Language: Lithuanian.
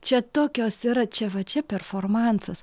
čia tokios yra čia va čia performansas